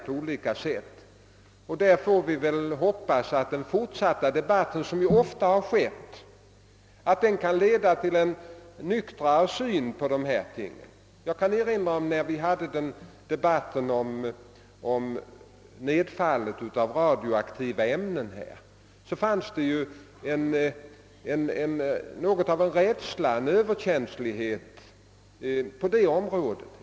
Vi får därvidlag hoppas att en fortsatt debatt, såsom ju ofta sker, skall leda till en alltmer realistisk syn. Jag vill erinra om att det under den debatt som för några år sedan fördes om nedfallet av radioaktiva ämnen förekom uttalanden som gav uttryck för en överdriven rädsla och känslighet för dessa företeelser.